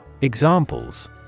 Examples